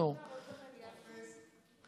אסור, אסור.